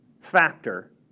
factor